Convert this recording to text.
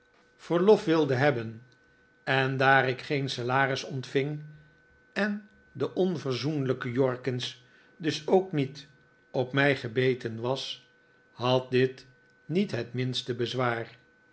verlof wilde hebben en daar ik geen salaris ontving en de onverzoenlijke jorkins dus ook niet op mij gebeten was had dit niet het minste bezwaar